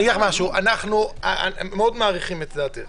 אני אגיד לך משהו: אנחנו מאוד מעריכים את דעתך.